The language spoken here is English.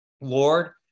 Lord